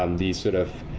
um these sort of